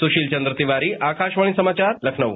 सुशीलचंद्र तिवारी आकाशवाणी समाचार लखनऊ